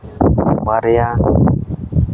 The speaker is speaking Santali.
ᱵᱟᱨᱭᱟ